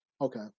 okay